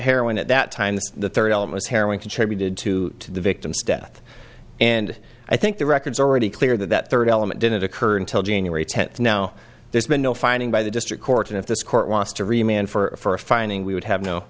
heroin at that time the third elements heroin contributed to the victims death and i think the records are already clear that that third element didn't occur until january tenth now there's been no finding by the district court and if this court wants to remain for a finding we would have no